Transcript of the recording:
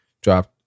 Dropped